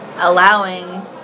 allowing